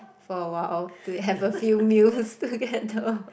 for a while all to have a few meals together